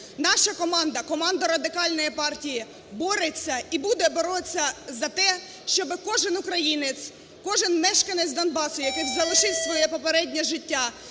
Наша команда, команда Радикальної партії бореться і буде боротися за те, щоб кожен українець, кожен мешканець Донбасу, який залишив своє попереднє життя,